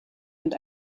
und